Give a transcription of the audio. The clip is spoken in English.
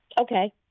Okay